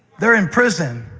they're in prison